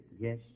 Yes